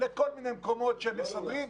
לכל מיני מקומות מסביב.